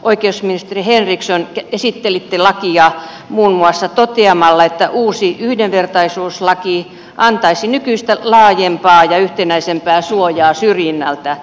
oikeusministeri henriksson esittelitte lakia muun muassa toteamalla että uusi yhdenvertaisuuslaki antaisi nykyistä laajempaa ja yhtenäisempää suojaa syrjinnältä